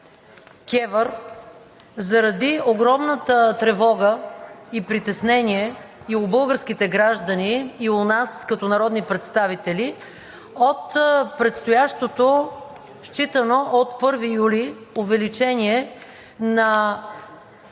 КЕВР заради огромната тревога и притеснение и у българските граждани, и у нас, като народни представители, от предстоящото, считано от 1 юли увеличение на